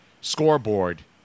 scoreboard